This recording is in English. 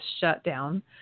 shutdown